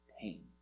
pain